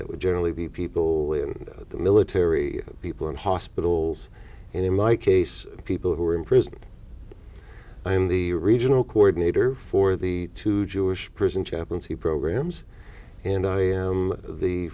that would generally be people in the military people in hospitals and in my case people who are in prison i'm the regional coordinator for the two jewish prison chaplaincy programs and i am the